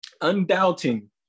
undoubting